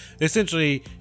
Essentially